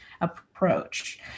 approach